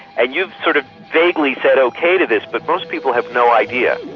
and you've sort of vaguely said okay to this. but most people have no idea.